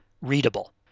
readable